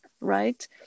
right